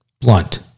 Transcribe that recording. blunt